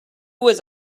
was